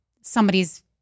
somebody's